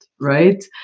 right